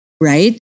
right